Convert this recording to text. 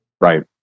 Right